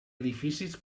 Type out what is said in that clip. edificis